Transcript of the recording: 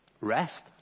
rest